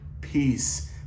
peace